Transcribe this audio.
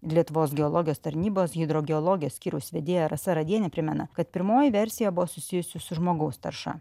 lietuvos geologijos tarnybos hidrogeologijos skyriaus vedėja rasa radienė primena kad pirmoji versija buvo susijusi su žmogaus tarša